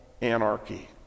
anarchy